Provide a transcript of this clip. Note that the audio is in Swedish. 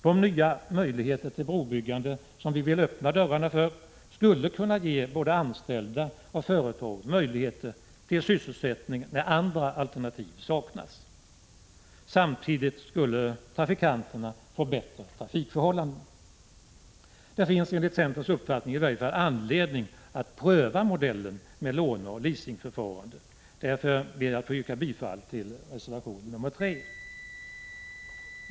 De nya möjligheter till brobyggande som vi vill öppna dörrarna för skulle kunna ge både anställda och företag möjligheter till sysselsättning när andra alternativ saknas. Samtidigt skulle trafikanterna få bättre trafikförhållanden. Det finns enligt centerns uppfattning i varje fall anledning att pröva modellen med låneoch leasingförfarande. Därför ber jag att få yrka bifall till reservation nr 3.